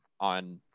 on